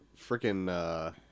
freaking